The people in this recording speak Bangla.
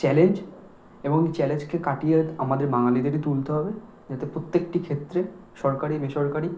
চ্যালেঞ্জ এবং চ্যালেঞ্জকে কাটিয়ে আমাদের বাঙালিদেরই তুলতে হবে যাতে প্রত্যেকটি ক্ষেত্রে সরকারি বেসরকারি